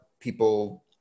people